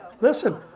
listen